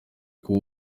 kuba